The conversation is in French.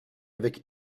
avec